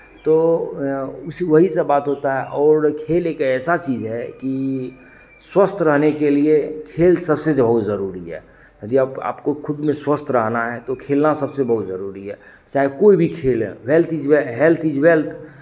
तो उसी वही सब बात होता है और खेल एक ऐसा चीज़ है कि स्वस्थ रहने के लिए खेल सबसे बहुत ज़रूरी है यदि आप आपको खुद में स्वस्थ रहना है तो खेलना सबसे बहुत ज़रूरी है चाहे कोई भी खेल है health is way health is wealth